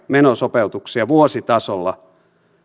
menosopeutuksia vuositasolla